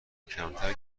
کمتر